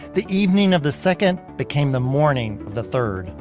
the evening of the second became the morning the third.